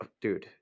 dude